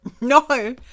no